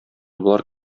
болар